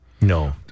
no